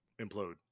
Implode